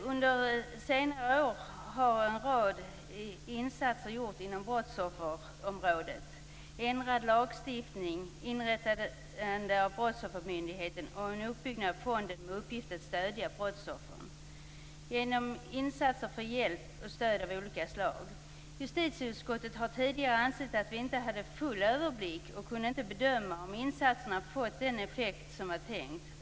Under senare år har en rad insatser gjorts inom brottsofferområdet: ändrad lagstiftning, inrättande av brottsoffermyndigheten och en uppbyggnad av fonden med uppgift att stödja brottsoffren genom insatser för hjälp och stöd av olika slag. Justitieutskottet har tidigare ansett att vi inte hade full överblick och att vi inte kunde bedöma om insatserna fått den effekt som var tänkt.